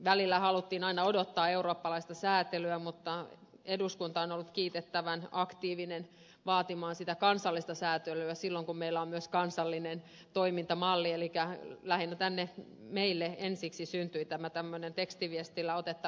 välillä haluttiin odottaa eurooppalaista säätelyä mutta eduskunta on ollut kiitettävän aktiivinen vaatimaan sitä kansallista säätelyä silloin kun meillä on myös kansallinen toimintamalli elikkä lähinnä tänne meille ensiksi syntyi tämä tämmöinen tekstiviestillä otettava vippausmuoto lainamuoto